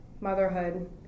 motherhood